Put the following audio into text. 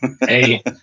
Hey